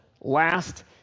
last